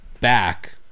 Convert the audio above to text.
back